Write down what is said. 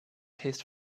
taste